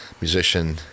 musician